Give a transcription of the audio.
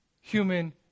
human